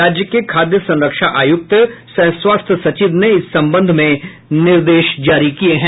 राज्य के खाद्य संरक्षा आयुक्त सह स्वास्थ्य सचिव ने इस संबंध में निर्देश जारी किया है